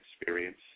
experience